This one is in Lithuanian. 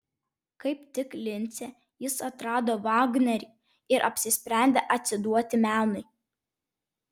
kaip tik lince jis atrado vagnerį ir apsisprendė atsiduoti menui